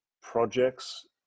projects